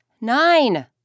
nine